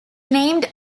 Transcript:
named